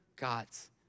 gods